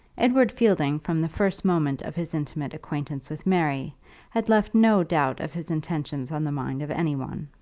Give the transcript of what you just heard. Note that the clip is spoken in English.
edward fielding from the first moment of his intimate acquaintance with mary had left no doubt of his intentions on the mind of any one.